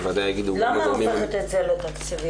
בוודאי יגידו --- למה זה הופך אותה לתקציבית?